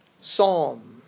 psalm